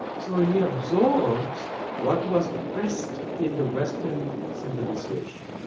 so he absorbs what was best in the western civilisation,